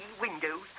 windows